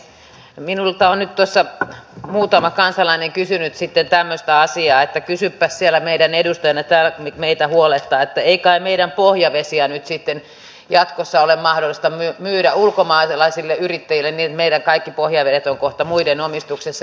minulta on nyt muutama kansalainen kysynyt tämmöistä asiaa että kysypäs siellä meidän edustajana kun meitä täällä huolettaa että ei kai meidän pohjavesiä nyt sitten jatkossa ole mahdollista myydä ulkomaalaisille yrittäjille niin että meidän kaikki pohjavedet ovat kohta muiden omistuksessa